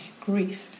grief